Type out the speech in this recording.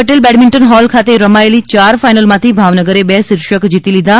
Patel badminton hall ખાતે રમાયેલી ચાર ફાઇનલમાંથી ભાવનગરે બે શિર્ષક જીતી લીધા છે